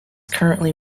currently